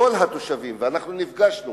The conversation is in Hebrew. כל התושבים, ואנחנו נפגשנו